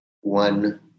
one